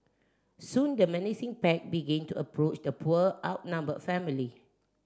soon the menacing pack began to approach the poor outnumbered family